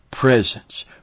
presence